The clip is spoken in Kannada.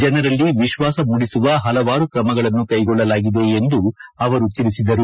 ಜನರಲ್ಲಿ ವಿಶ್ವಾಸ ಮೂಡಿಸುವ ಪಲವಾರು ಕ್ರಮಗಳನ್ನು ಕ್ಲೆಗೊಳ್ಳಲಾಗಿದೆ ಎಂದೂ ಅವರು ತಿಳಿಸಿದರು